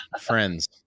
friends